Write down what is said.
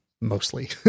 mostly